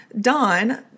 Don